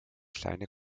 kleine